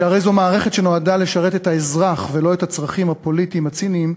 שהרי זו מערכת שנועדה לשרת את האזרח ולא את הצרכים הפוליטיים הציניים